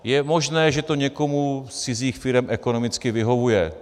Je možné, že to někomu z cizích firem ekonomicky vyhovuje.